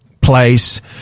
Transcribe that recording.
place